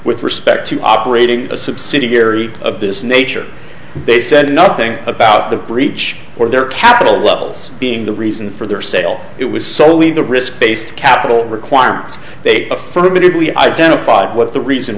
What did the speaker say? with respect to operating a subsidiary of this nature they said nothing about the breach or their capital levels being the reason for their sale it was solely the risk based capital requirements they prefer to be identified what the reason